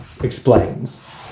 explains